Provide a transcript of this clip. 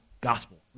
gospel